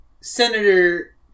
Senator